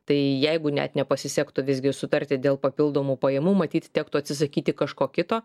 tai jeigu net nepasisektų visgi sutarti dėl papildomų pajamų matyt tektų atsisakyti kažko kito